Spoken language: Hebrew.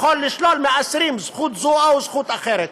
הוא יכול לשלול מאסירים זכות זו או זכות אחרת.